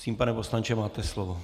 Prosím, pane poslanče, máte slovo.